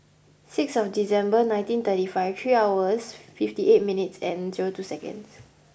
six of December nineteen thirty five three hours fifty eight minutes and zero two seconds